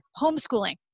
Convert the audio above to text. homeschooling